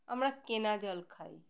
আমরা কেনা জল খাই